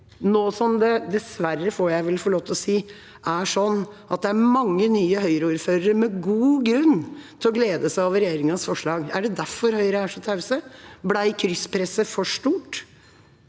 å si – er sånn at det er mange nye Høyre-ordførere med god grunn til å glede seg over regjeringas forslag? Er det derfor Høyre er så tause? Ble krysspresset for stort?